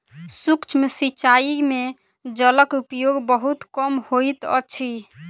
सूक्ष्म सिचाई में जलक उपयोग बहुत कम होइत अछि